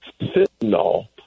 fentanyl